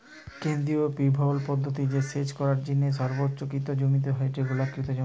কেন্দ্রীয় পিভট পদ্ধতি রে সেচ করার জিনে সর্বোৎকৃষ্ট জমি হয়ঠে গোলাকৃতি জমি